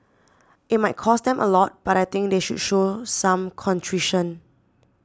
it might cost them a lot but I think they should show some contrition